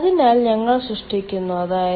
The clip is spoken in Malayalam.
അതിനാൽ ഞങ്ങൾ സൃഷ്ടിക്കുന്നു അതായത്